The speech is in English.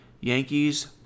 Yankees